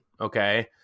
Okay